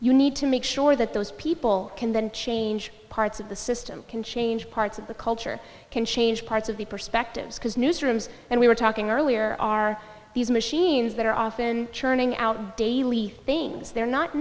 you need to make sure that those people can then change parts of the system can change parts of the culture can change parts of the perspectives because newsrooms and we were talking earlier are these machines that are often churning out daily things they're not